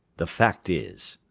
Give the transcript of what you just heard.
the fact is,